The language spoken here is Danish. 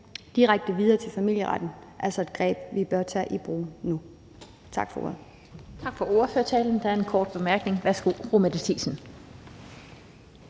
direkte videre til familieretten altså et greb, vi bør tage i brug nu. Tak for ordet.